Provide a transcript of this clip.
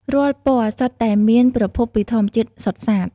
រាល់ពណ៌សុទ្ធតែមានប្រភពពីធម្មជាតិសុទ្ធសាធ។